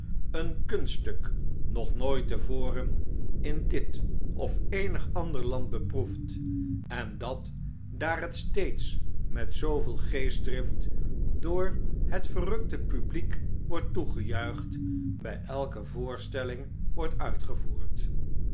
een kunststuk nog nooit te voren in dit of eenig ander land beproefd en dat daar het steeds met zooyeel geestdrift door het verrukte publiek wordt toegejuicht bij elke voorstelling wordt uitgevoerd